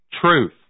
truth